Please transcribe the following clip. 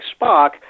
Spock